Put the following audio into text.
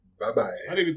Bye-bye